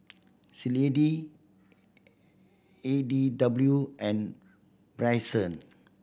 Clydie E D W and Bryson